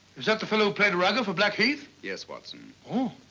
is that the fellow who played rugby for black heath? yes, watson. oh.